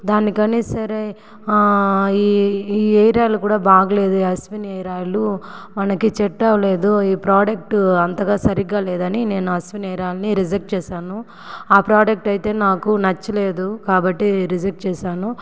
దానికనే సరే ఈ ఈ హెయిర్ ఆయిలు కూడా బాగలేదు ఈ అశ్వినీ హెయిర్ ఆయిలు మనకి సెట్ అవ్వ లేదు ఈ ప్రొడక్టు అంతగా సరిగ్గా లేదని నేను అశ్వినీ హెయిర్ ఆయిలుని రిజెక్ట్ చేశాను ప్రోడక్ట్ అయితే నాకు నచ్చలేదు కాబట్టి రిజెక్ట్ చేశాను